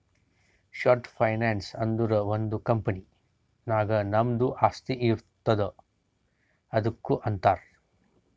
short finance ಅಂದುರ್ ಒಂದ್ company ನಾಗ್ ನಮ್ದು ಆಸ್ತಿ ಇರ್ತುದ್ ಅದುಕ್ಕ ಅಂತಾರ್